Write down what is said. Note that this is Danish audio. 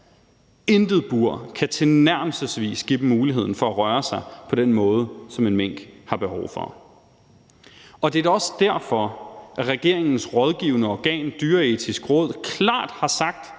Intet bur kan tilnærmelsesvis give dem muligheden for at røre sig på den måde, som en mink har behov for. Og det er da også derfor, at regeringens rådgivende organ Det Dyreetiske Råd i deres